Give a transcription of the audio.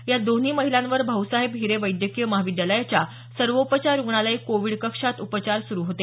या दोन्ही महिलांवर भाऊसाहेब हिरे वैद्यकीय महाविद्यालयाच्या सर्वोपचार रुग्णालय कोविड कक्षात उपचार सुरू होते